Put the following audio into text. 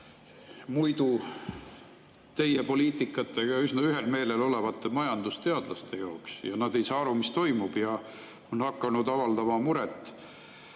muidu teie poliitikatega küllaltki ühel meelel olevate majandusteadlaste jaoks. Nad ei saa aru, mis toimub, ja on hakanud avaldama muret.